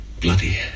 bloody